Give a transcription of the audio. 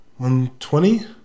120